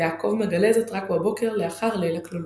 ויעקב מגלה זאת רק בבוקר לאחר ליל הכלולות.